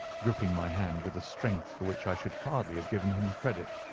gripping my hand with a strength for which i should hardly have given him credit.